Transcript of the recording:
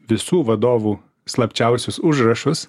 visų vadovų slapčiausius užrašus